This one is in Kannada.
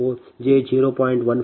1194 j0